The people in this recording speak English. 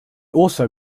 also